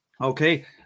Okay